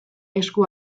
esku